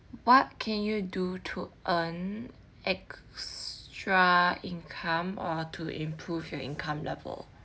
what can you do to earn extra income or to improve your income level